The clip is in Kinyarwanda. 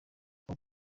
aho